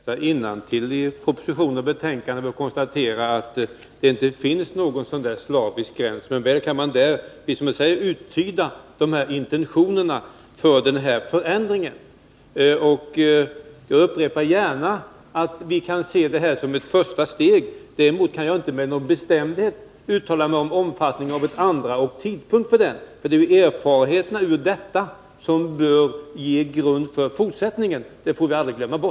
Herr talman! Man behöver bara läsa innantill i propositionen och betänkandet för att konstatera att det inte finns någon gräns som slaviskt måste följas, men väl kan man uttyda intentionerna för förändringen. Jag upprepar gärna att vi kan se detta som ett första steg. Däremot kan jag inte med bestämdhet uttala mig om omfattningen av ett andra steg och tidpunkten för det. Det är erfarenheten av den förändring som nu föreslås som bör ligga till grund för fortsättningen.